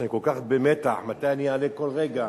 אני כל כך במתח מתי אני אעלה, כל רגע,